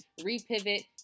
repivot